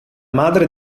madre